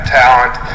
talent